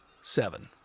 seven